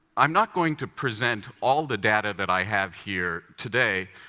i'm not going to present all the data that i have here today,